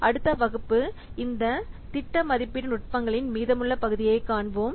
அடுத்த வகுப்பு இந்த திட்ட மதிப்பீட்டு நுட்பங்களின் மீதமுள்ள பகுதிகளைக் காண்போம்